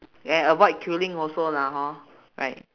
and avoid killing also lah hor right